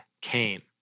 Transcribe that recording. came